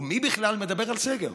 ומי בכלל מדבר על סגר?